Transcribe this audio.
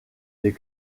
des